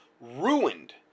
ruined